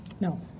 No